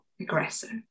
aggressive